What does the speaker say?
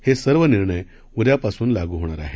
हे सर्व निर्णय उद्या पासून लागू होणार आहेत